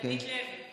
הוא נשוי לאילנית לוי.